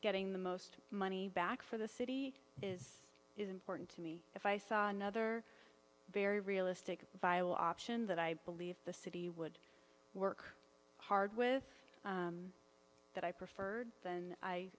getting the most money back for the city is is important to me if i saw another very realistic viol option that i believe the city would work hard with that i preferred then i